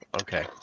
Okay